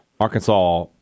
Arkansas